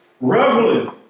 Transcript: reveling